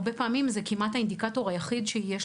הרבה פעמים זה כמעט האינדיקטור היחיד שיש